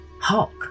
hawk